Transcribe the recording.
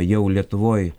jau lietuvoj